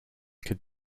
could